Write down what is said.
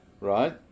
right